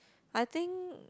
I think